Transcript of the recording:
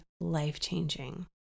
life-changing